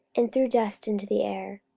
and threw dust into the air,